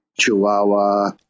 Chihuahua